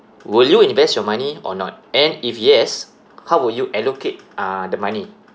will you invest your money or not and if yes how would you allocate uh the money